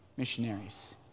missionaries